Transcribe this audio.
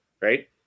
right